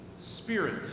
Spirit